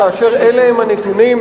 כאשר אלה הם הנתונים,